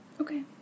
Okay